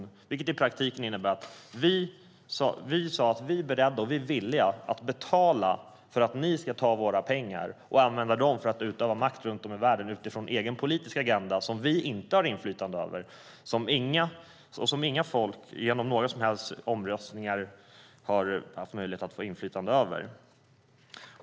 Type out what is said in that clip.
Det innebär i praktiken att vi sade att vi är beredda och villiga att betala för att ni ska ta våra pengar och använda dem för att utöva makt runt om i världen utifrån er egen politiska agenda, som vi inte har inflytande över och som inga folk genom några som helst omröstningar har haft möjlighet att få inflytande över.